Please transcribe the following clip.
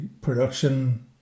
production